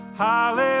hallelujah